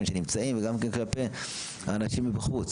שנמצאים וגם כן כלפי האנשים מבחוץ.